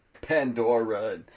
Pandora